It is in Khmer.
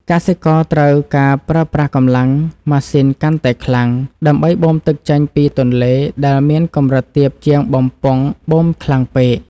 កសិករត្រូវការប្រើប្រាស់កម្លាំងម៉ាស៊ីនកាន់តែខ្លាំង ដើម្បីបូមទឹកចេញពីទន្លេដែលមានកម្រិតទាបជាងបំពង់បូមខ្លាំងពេក។